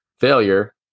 Failure